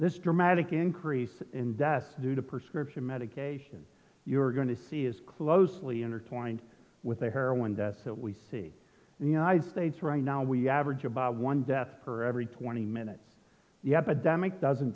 this dramatic increase in deaths due to prescription medication you're going to see is closely intertwined with the heroin deaths that we see in the united states right now we average about one death for every twenty minutes the epidemic doesn't